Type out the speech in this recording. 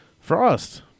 Frost